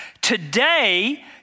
Today